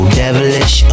devilish